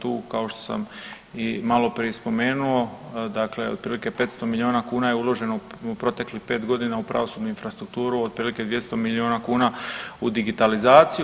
Tu kao što sam i malo prije spomenuo, dakle otprilike 500 milijuna kuna je uloženo u proteklih 5 godina u pravosudnu infrastrukturu, otprilike 200 milijuna kuna u digitalizaciju.